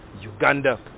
Uganda